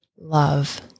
love